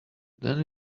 then